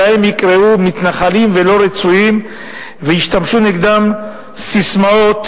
שלהם יקראו מתנחלים ולא רצויים וישתמשו נגדם בססמאות,